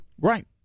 Right